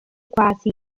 quasi